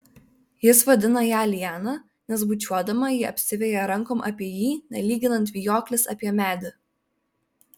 jis vadina ją liana nes bučiuodama ji apsiveja rankom apie jį nelyginant vijoklis apie medį